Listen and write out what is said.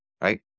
right